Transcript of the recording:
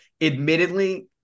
Admittedly